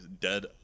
dead